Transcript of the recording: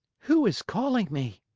who is calling me?